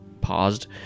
paused